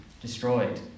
destroyed